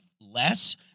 less